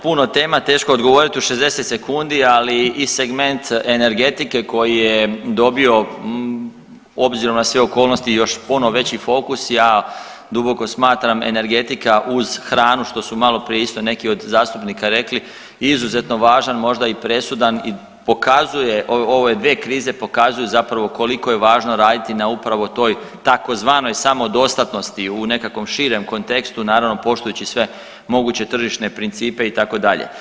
Puno tema, teško je odgovorit u 60 sekundi, ali i segment energetike koji je dobio obzirom na sve okolnosti još puno veći fokus, ja duboko smatram energetika uz hranu što su maloprije isto neki od zastupnika rekli, izuzetno važan možda i presudan i pokazuje, ove dvije krize pokazuju zapravo koliko je važno raditi na upravo toj tzv. samodostatnosti u nekom širem kontekstu naravno poštujući sve moguće tržišne principe itd.